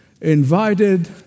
invited